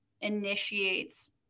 initiates